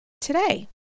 Today